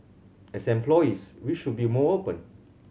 as employees we should be more open